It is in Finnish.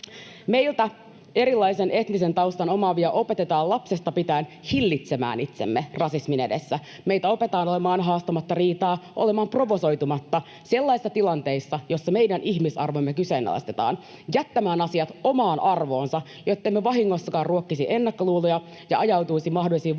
Meitä erilaisen etnisen taustan omaavia opetetaan lapsesta pitäen hillitsemään itsemme rasismin edessä. Meitä opetetaan olemaan haastamatta riitaa, olemaan provosoitumatta sellaisissa tilanteissa, joissa meidän ihmisarvomme kyseenalaistetaan, jättämään asiat omaan arvoonsa, jotta emme vahingossakaan ruokkisi ennakkoluuloja ja ajautuisi mahdollisiin